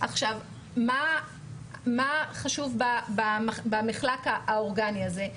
מה חשוב במחלק האורגני הזה?